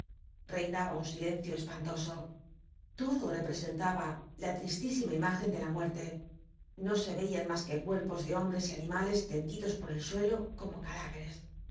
reinaba un silencio espantoso todo representaba la tristísima imgen de la muer le no se yeian más c ue cuerpos de hombres y animales rendidos por el suelo como cadiweres